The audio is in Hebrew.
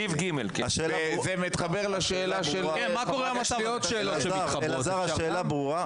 וזה מתחבר לשאלה של --- אלעזר, השאלה ברורה.